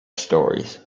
stories